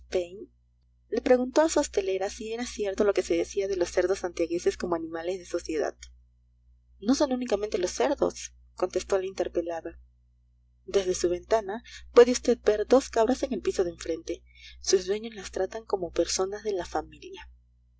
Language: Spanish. of spain le preguntó a su hostelera si era cierto lo que se decía de los cerdos santiagueses como animales de sociedad no son únicamente los cerdos contestó la interpelada desde su ventana puede usted ver dos cabras en el piso de enfrente sus dueños las tratan como personas de la familia